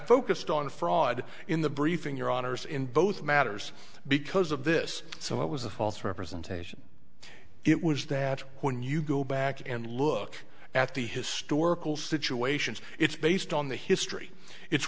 focused on the fraud in the briefing your honour's in both matters because of this so it was a false representation it was that when you go back and look at the historical situations it's based on the history it's